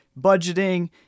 budgeting